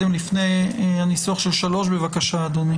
בבקשה.